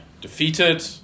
defeated